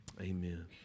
amen